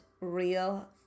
real